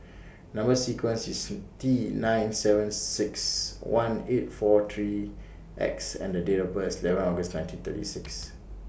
Number sequence IS T nine seven six one eight four three X and Date of birth eleven August nineteen thirty six